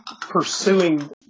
pursuing